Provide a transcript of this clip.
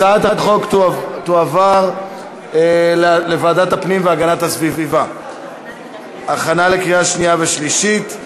הצעת החוק תועבר לוועדת הפנים והגנת הסביבה להכנה לקריאה שנייה ושלישית.